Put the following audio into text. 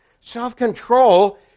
Self-control